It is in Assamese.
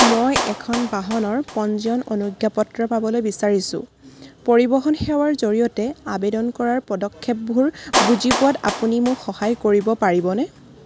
মই এখন বাহনৰ পঞ্জীয়ন অনুজ্ঞাপত্ৰ পাবলৈ বিচাৰিছোঁ পৰিবহণ সেৱাৰ জৰিয়তে আবেদন কৰাৰ পদক্ষেপবোৰ বুজি পোৱাত আপুনি মোক সহায় কৰিব পাৰিবনে